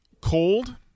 Cold